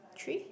three